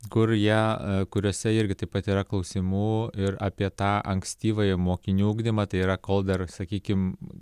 kur jie kuriuose irgi taip pat yra klausimų ir apie tą ankstyvąjį mokinių ugdymą tai yra kol dar sakykim